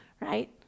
right